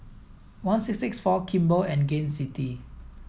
one six six four Kimball and Gain City